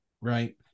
right